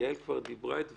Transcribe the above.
יעל כבר דיברה את דברה,